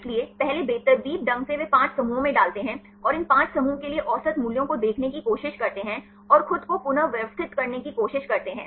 इसलिए पहले बेतरतीब ढंग से वे 5 समूहों में डालते हैं और इन 5 समूहों के लिए औसत मूल्यों को देखने की कोशिश करते हैं और खुद को पुनर्व्यवस्थित करने की कोशिश करते हैं